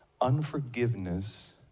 Unforgiveness